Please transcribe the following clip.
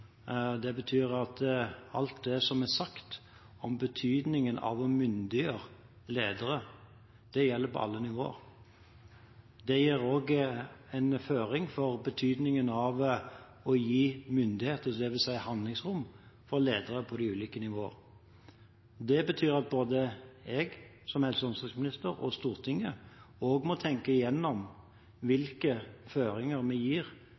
Det betyr at det som er sagt om betydningen av å myndiggjøre ledere, gjelder på alle nivåer. Det gir også en føring for betydningen av å gi myndighet, det vil si handlingsrom, til ledere på de ulike nivå. Det betyr at både jeg som helse- og omsorgsminister og Stortinget må tenke gjennom hvilke føringer vi gir